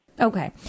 Okay